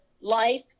life